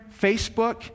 Facebook